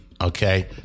Okay